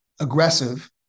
aggressive